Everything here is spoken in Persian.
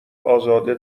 ازاده